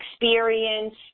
experience